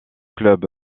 club